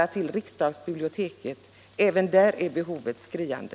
Även hos riksdagsbiblioteket är behovet skriande.